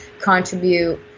contribute